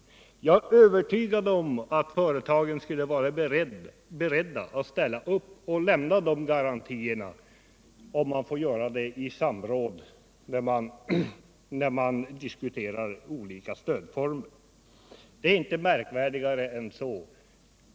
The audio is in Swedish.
Jag är övertygad om att företagen skulle vara beredda att ställa upp och lämna de garantierna om de fick göra det i samråd när man diskuterar olika stödformer. Det är inte märkvärdigare än så.